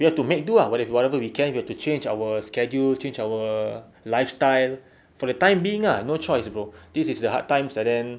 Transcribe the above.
you have to make do ah with whatever we can we have to change our schedule change our lifestyle for the time being ah no choice bro this is the hard time ah then